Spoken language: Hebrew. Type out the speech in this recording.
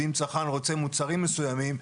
ואם הצרכן רוצה מוצרים מסוימים,